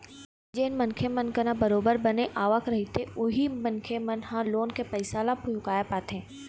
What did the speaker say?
जेन मनखे मन करा बरोबर बने आवक रहिथे उही मनखे मन ह लोन के पइसा ल चुकाय पाथे